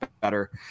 better